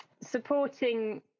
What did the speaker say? supporting